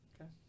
Okay